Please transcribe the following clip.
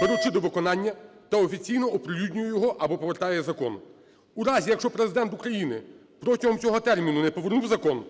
беручи до виконання та офіційно оприлюднює його або повертає закон. У разі, якщо Президент України протягом цього терміну не повернув закон,